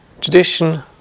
tradition